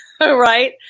Right